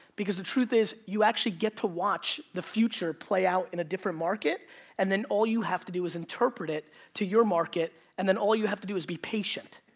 because the truth is, you actually get to watch the future play out in a different market and then all you have to do is interpret it to your market. and then all you have to do is be patient.